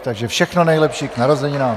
Takže všechno nejlepší k narozeninám.